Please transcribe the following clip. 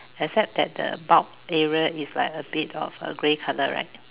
except that the bulb area is like a bit of a grey color right